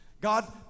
God